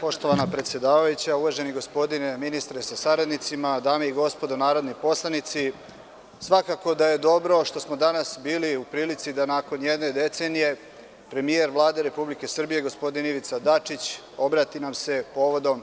Poštovana predsedavajuća, uvaženi gospodine ministre sa saradnicima, dame i gospodo narodni poslanici, svakako da je dobro što smo danas bili u prilici da nakon jedne decenije premijer Vlade Republike Srbije, gospodin Ivica Dačić, obrati nam se povodom